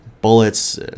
Bullets